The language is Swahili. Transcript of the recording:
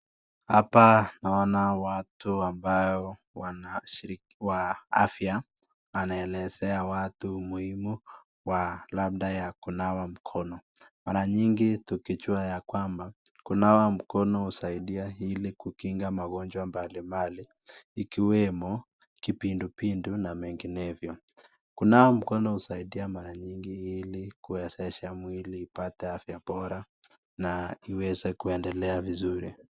Hapa naona watu ambao, wa afya, wanaelezea watu umuhimu wa labda ya kunawa mkono. Mara nyingi tukijua ya kwamba kunawa mkono husaidia ili kukinga magonjwa mbalimbali ikiwemo kipindupindu na menginevyo. Kunawa mkono husaidia mara nyingi ili kuwezesha mwili ipate afya bora na iweze kuendelea vizuri.